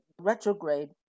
retrograde